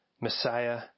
Messiah